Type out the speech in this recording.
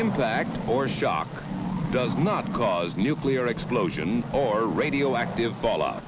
impact or shock does not cause nuclear explosion or radioactive